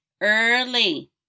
early